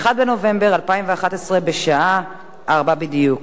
1 בנובמבר 2011, בשעה 16:00 בדיוק.